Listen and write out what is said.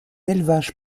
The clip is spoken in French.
élevage